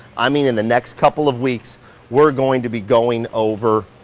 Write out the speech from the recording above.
i mean, in the next couple of weeks we're going to be going over